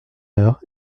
heure